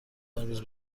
امروز